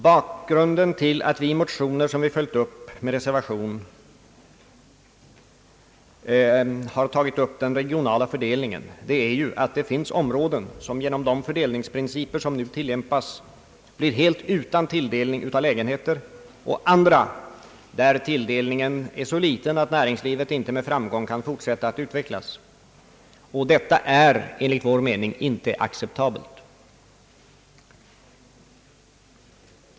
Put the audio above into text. Bakgrunden till att vi i motioner, som vi följt upp med reservation, tagit upp den regionala fördelningen är ju att det finns områden som genom de nu tillämpade fördelningsprinciperna blir helt utan tilldelning av lägenheter, och att det finns andra områden där tilldelningen är så liten att näringslivet inte med framgång kan fortsätta att utvecklas. Detta är enligt vår mening inte acceptabelt.